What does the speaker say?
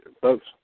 folks